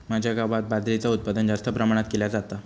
माझ्या गावात बाजरीचा उत्पादन जास्त प्रमाणात केला जाता